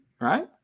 right